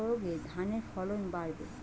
কি প্রয়গে ধানের ফলন বাড়বে?